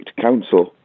council